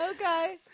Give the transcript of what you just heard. Okay